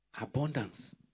Abundance